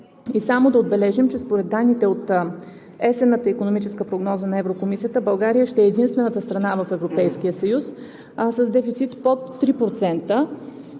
И само да отбележим, че според данните от есенната икономическа прогноза на Еврокомисията България ще е единствената страна в Европейския съюз с дефицит под 3%,